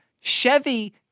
Chevy